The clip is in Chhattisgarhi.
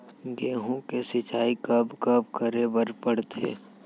गेहूँ के सिंचाई कब कब करे बर पड़थे?